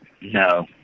No